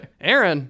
Aaron